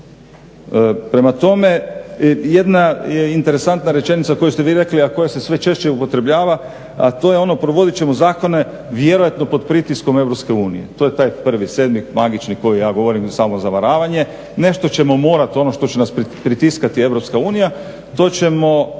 Prema tome, jedna je interesantna rečenica koju ste vi rekli, a koja se sve češće upotrebljava, a to je ono provodit ćemo zakone vjerojatno pod pritiskom EU. To je taj prvi, sedmi magični koji ja govorim samozavaravanje. Nešto ćemo morati, ono što će nas pritiskati EU, to ćemo